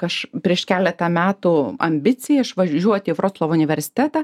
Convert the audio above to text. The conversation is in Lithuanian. aš prieš keletą metų ambicija išvažiuoti į vroclavo universitetą